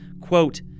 Quote